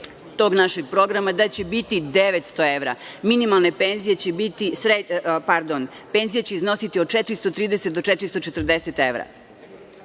tog našeg programa da će biti 900 evra… Pardon, penzija će iznositi od 430 do 440 evra.